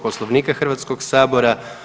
Poslovnika Hrvatskog sabora.